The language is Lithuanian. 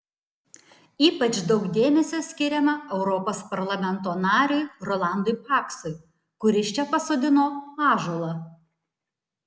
ypač daug dėmesio skiriama europos parlamento nariui rolandui paksui kuris čia pasodino ąžuolą